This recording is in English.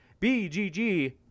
BGG